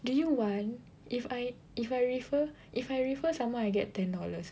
do you want if I if I refer if I refer someone I get ten dollars eh